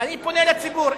אני פונה אל הציבור.